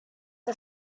the